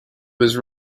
was